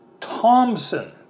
Thompson